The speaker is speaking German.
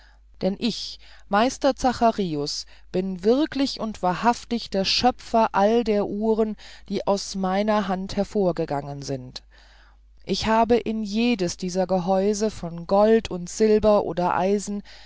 denn ich meister zacharius bin wirklich und wahrhaftig der schöpfer all der uhren die aus meiner hand hervorgegangen sind ich habe in jedes dieser gehäuse von gold silber oder eisen